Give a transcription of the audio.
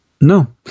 no